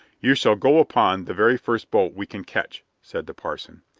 you shall go upon the very first boat we can catch, said the parson.